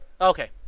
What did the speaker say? okay